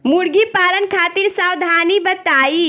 मुर्गी पालन खातिर सावधानी बताई?